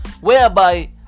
whereby